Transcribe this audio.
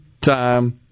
time